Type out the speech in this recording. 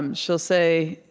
um she'll say,